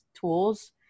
tools